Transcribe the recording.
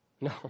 No